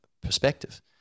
perspective